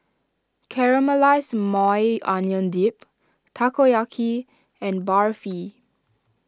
Caramelized Maui Onion Dip Takoyaki and Barfi